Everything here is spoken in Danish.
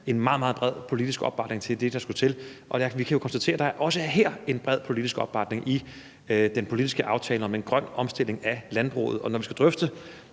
meget bred politisk opbakning til det, der skulle til. Og vi kan jo konstatere, at der også her er en bred politisk opbakning til den politiske aftale om en grøn omstilling af landbruget, og når man skal drøfte